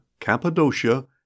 Cappadocia